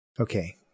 Okay